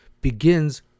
begins